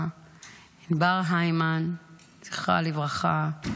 זכרה לברכה,